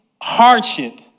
hardship